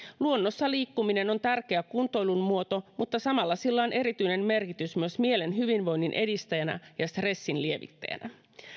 luonnossa liikkuminen on tärkeä kuntoilun muoto mutta samalla sillä on erityinen merkitys myös mielen hyvinvoinnin edistäjänä ja stressin lievittäjänä